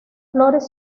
flores